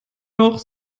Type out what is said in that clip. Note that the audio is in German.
noch